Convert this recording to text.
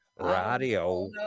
Radio